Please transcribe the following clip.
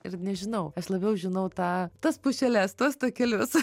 ir nežinau aš labiau žinau tą tas pušeles tuos takelius